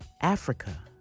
Africa